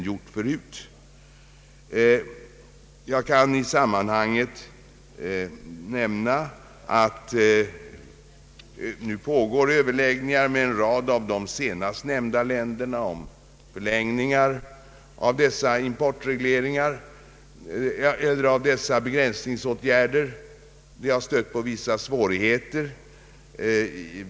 Jag kan i sammanhanget nämna att det nu pågår överläggningar med en rad av de nämnda länderna om förlängning av dessa begränsningsåtgärder. Det har stött på vissa svårigheter.